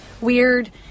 weird